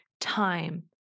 time